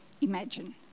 imagine